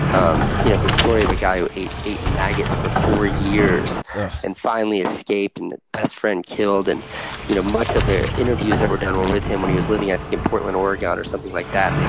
um you know, it's the story of a guy who ate ate maggots for four years and finally escaped, and the best friend killed. and you know much of the interviews that were done were with him when he was living i think in portland, oregon or something like that. and